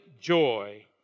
joy